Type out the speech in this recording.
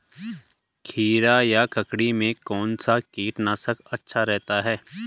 खीरा या ककड़ी में कौन सा कीटनाशक अच्छा रहता है?